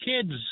kids